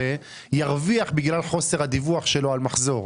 ירוויח בגלל חוסר הדיווח שלו על מחזור.